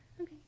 Okay